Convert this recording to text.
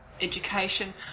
education